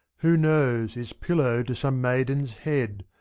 who knows! is pillow to some maiden's head